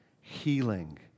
healing